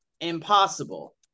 impossible